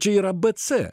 čia yra b c